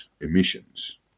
emissions